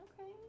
Okay